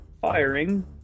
firing